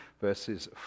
verses